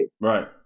Right